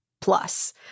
plus